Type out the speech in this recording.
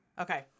Okay